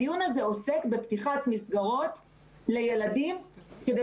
הדיון הזה עוסק בפתיחת מסגרות לילדים כדי